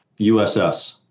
USS